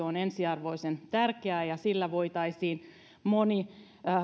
on ensiarvoisen tärkeää ja sillä voitaisiin moni